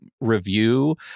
review